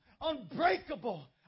unbreakable